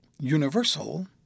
universal